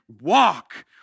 walk